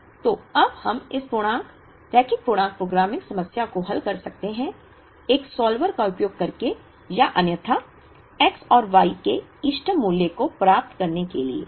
तो अब हम इस पूर्णांक रैखिक पूर्णांक प्रोग्रामिंग समस्या को हल कर सकते हैं एक सॉल्वर का उपयोग करके या अन्यथा X और Y के इष्टतम मूल्य को प्राप्त करने के लिए